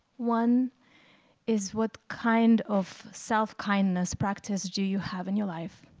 one is, what kind of self-kindness practice do you have in your life?